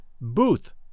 Booth